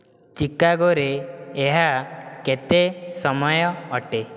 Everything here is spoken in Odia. ଚିକାଗୋରେ ଏହା କେତେ ସମୟ ଅଟେ